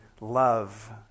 love